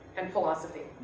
and philosophy.